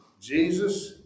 Jesus